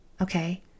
Okay